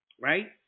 right